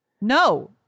No